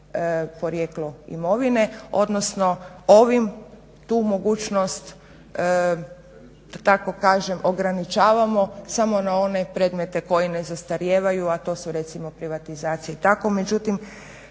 porijeklo imovine, odnosno ovim tu mogućnost da tako kažem ograničavamo samo na one predmete koji ne zastarijevaju, a to su recimo privatizacija. I tako